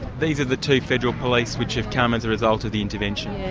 these are the two federal police which have come as a result of the intervention?